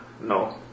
No